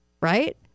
Right